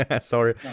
sorry